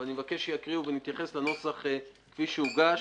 אבל אני מבקש שיקראו ויתייחסו לנוסח כפי שהוגש